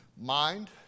mind